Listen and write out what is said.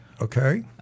Okay